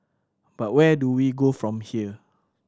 but where do we go from here